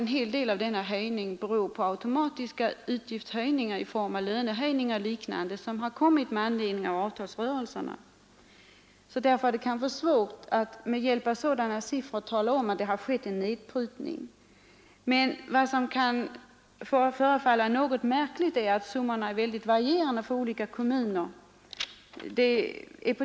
En hel del av denna höjning beror naturligtvis på automatiska utgiftshöjningar på grund av lönehöjningar som kommit med anledning av avtalsrörelserna. Därför är det kanske svårt att med hjälp av sådana siffror säga om det skett en nedprutning. Men vad som kan förefalla något märkligt är att summan varierar väldigt mellan olika kommuner.